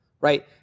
right